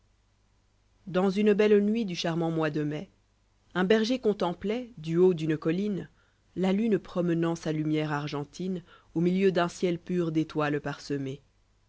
dans une belle nuit du charmant mois de mai un berger contemploit du haut d'une colline la lune promenant sa lumière argentine au milieu d'un ciel pur d'étoiles parsemé